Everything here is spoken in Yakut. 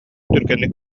түргэнник